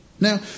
Now